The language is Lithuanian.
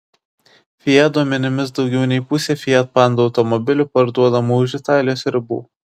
fiat duomenimis daugiau nei pusė fiat panda automobilių parduodama už italijos ribų